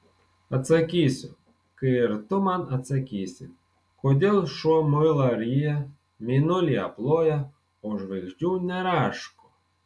atsakysiu kai ir tu man atsakysi kodėl šuo muilą ryja mėnulį aploja o žvaigždžių neraško